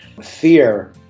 fear